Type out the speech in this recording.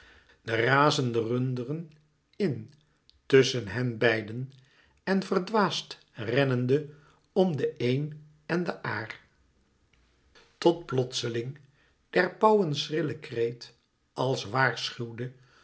de razende runderen in tusschen hen beiden en verdwaasd rennende om de een en den aâr tot plotseling der pauwen schrille kreet als waarschuwde